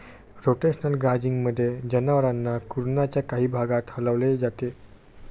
rotational ग्राझिंगमध्ये, जनावरांना कुरणाच्या काही भागात हलवले जाते